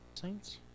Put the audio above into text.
saints